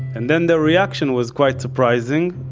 and then the reaction was quite surprising,